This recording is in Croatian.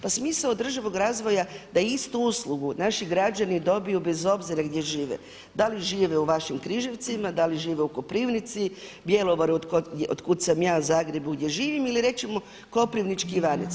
Pa smisao održivog razvoja da istu uslugu naši građani dobiju bez obzira gdje žive, da li žive u vašim Križevcima, da li žive u Koprivnici, Bjelovaru od kud sam ja, Zagrebu gdje živim ili recimo Koprivnički Ivanec.